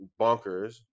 bonkers